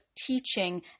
teaching